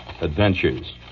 adventures